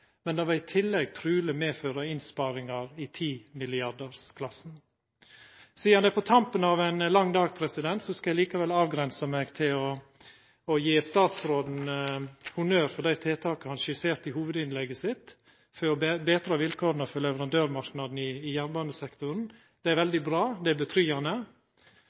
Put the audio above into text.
men det vil i tillegg truleg medføra innsparingar i 10 milliardarsklassa. Sidan det er på tampen av ein lang dag, skal eg avgrensa meg til å gje statsråden honnør for dei tiltaka han skisserte i hovudinnlegget sitt, for å betra vilkåra for leverandørmarknaden i jernbanesektoren. Det er veldig bra